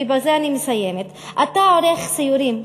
ובזה אני מסיימת: אתה עורך סיורים במחוזות,